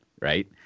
right